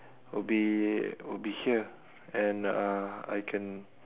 will be will be here and uh I can